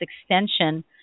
extension